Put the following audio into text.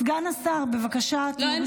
סגן השר, בבקשה, תהיו בשקט.